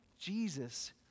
Jesus